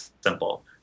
simple